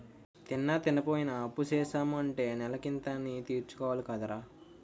తిన్నా, తినపోయినా అప్పుసేసాము అంటే నెలకింత అనీ తీర్చుకోవాలి కదరా